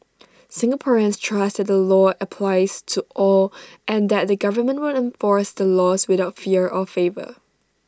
Singaporeans trust that the law applies to all and that the government will enforce the laws without fear or favour